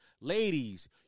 Ladies